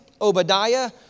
Obadiah